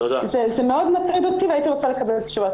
זה מאוד מטריד אותי והייתי רוצה לקבל תשובה.